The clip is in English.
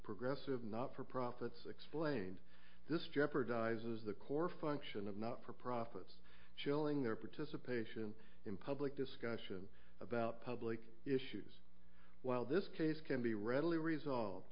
progressive not for profits explained this jeopardizes the core function of not for profits showing their participation in public discussion about public issues while this case can be readily resolved